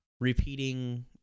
repeating